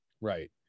Right